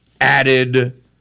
added